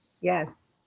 Yes